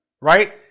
right